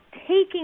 taking